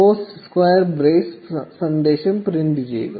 post square brace സന്ദേശം print ചെയ്യുക